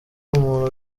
umuntu